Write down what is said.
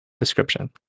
description